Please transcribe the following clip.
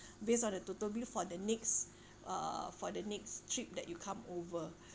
based on the total bill for the next uh for the next trip that you come over